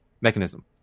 mechanism